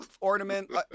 ornament